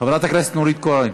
חברת הכנסת נורית קורן,